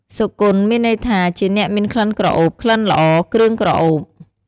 សុគន្ធ មានន័យថា ជាអ្នកមានក្លិនក្រអូប ក្លិនល្អ គ្រឿងក្រអូប។